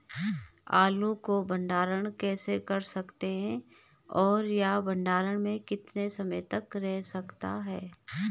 आलू को भंडारण कैसे कर सकते हैं और यह भंडारण में कितने समय तक रह सकता है?